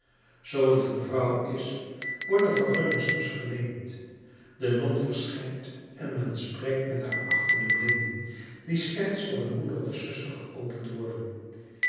zoo t een vrouw is wordt de vergunning soms verleend de non verschijnt en men spreekt met haar achter de blinden die slechts voor een moeder of zuster geopend worden